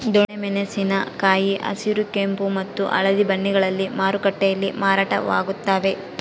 ದೊಣ್ಣೆ ಮೆಣಸಿನ ಕಾಯಿ ಹಸಿರು ಕೆಂಪು ಮತ್ತು ಹಳದಿ ಬಣ್ಣಗಳಲ್ಲಿ ಮಾರುಕಟ್ಟೆಯಲ್ಲಿ ಮಾರಾಟವಾಗುತ್ತವೆ